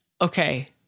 Okay